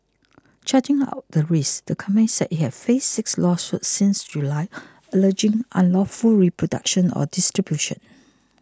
charting out the risks the company said it had faced six lawsuits since July alleging unlawful reproduction or distribution